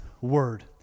word